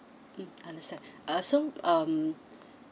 mm understand uh so um